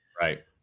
Right